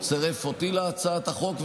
הוא צירף אותי להצעת החוק,